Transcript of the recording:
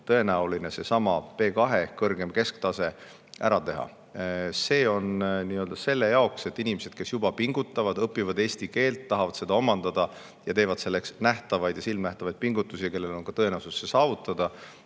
jooksul seesama B2- ehk kõrgem kesktase ära teha. See on selle jaoks, et inimesed, kes juba pingutavad, õpivad eesti keelt, tahavad seda omandada ja teevad selleks silmanähtavaid pingutusi ja kellel on ka tõenäosus see saavutada,